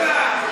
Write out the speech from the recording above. לך לגולה,